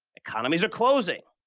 economies are closing.